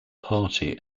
party